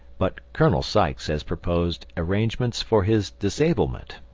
but colonel sykes has proposed arrangements for his disablement.